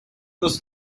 was